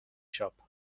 shop